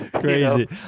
Crazy